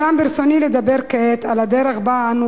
אולם ברצוני לדבר כעת על הדרך שבה אנו